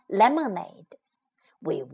lemonade,we